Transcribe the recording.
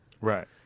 Right